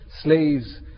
slaves